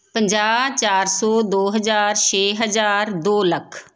ਪੰਜਾਹ ਚਾਰ ਸੌ ਦੋ ਹਜ਼ਾਰ ਛੇ ਹਜ਼ਾਰ ਦੋ ਲੱਖ